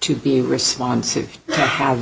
to be responsive to have